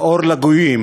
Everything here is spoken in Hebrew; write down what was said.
האור לגויים